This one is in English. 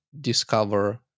discover